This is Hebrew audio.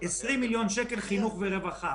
20 מיליון שקל של חינוך ורווחה.